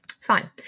Fine